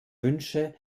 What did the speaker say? wünsche